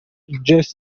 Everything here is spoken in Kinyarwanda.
joss